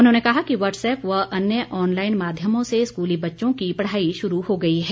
उन्होंने कहा कि व्हटसऐप व अन्य ऑनलाइन माध्यमों से स्कूली बच्चों की पढ़ाई शुरू हो गई है